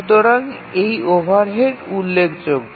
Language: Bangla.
সুতরাং এই ওভারহেড উল্লেখযোগ্য